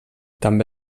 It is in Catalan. també